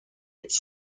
its